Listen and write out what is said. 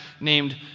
named